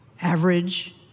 average